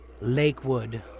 Lakewood